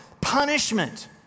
Punishment